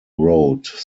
wrote